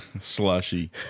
Slushy